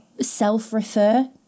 self-refer